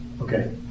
Okay